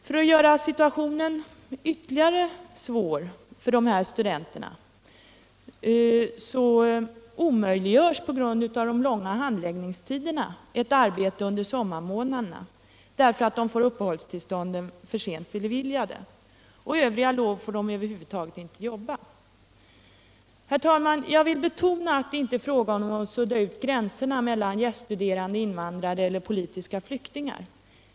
För att ytterligare göra situationen svår för dessa studenter omöjliggörs på grund av de långa handläggningstiderna ett arbete under sommarmånaderna därför att de får uppehållstillstånden för sent beviljade. På övriga lov får de över huvud taget inte arbeta. Herr talman! Jag vill betona att det inte är fråga om att sudda ut gränserna mellan s.k. gäststuderande invandrare och politiska flyktingar.